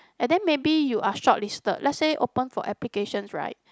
and then maybe you are shortlisted let's say open for applications right